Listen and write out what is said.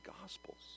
Gospels